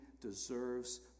deserves